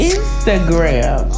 Instagram